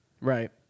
Right